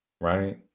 Right